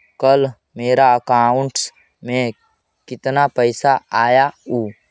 कल मेरा अकाउंटस में कितना पैसा आया ऊ?